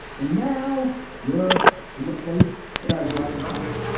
and now you're in the place that i grew up. in fact,